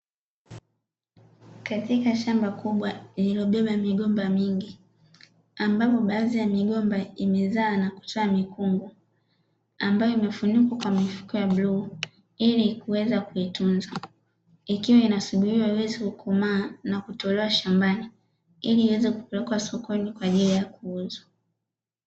Katika shamba kubwa lililobeba migomba mingi, ambapo baadhi ya migomba imezaa na kutoa mikungu, ambayo imefunikwa na mifuko ya bluu ili kuweza kuitunza. Ikiwa inasubiriwa iweze kukomaa na kutolewa shambani, ili iweze kupelekwa sokoni kwa ajili ya kuuzwa.